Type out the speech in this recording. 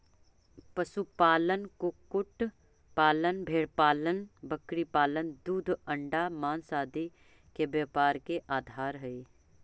पशुपालन, कुक्कुट पालन, भेंड़पालन बकरीपालन दूध, अण्डा, माँस आदि के व्यापार के आधार हइ